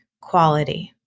quality